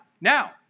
Now